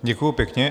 Děkuji pěkně.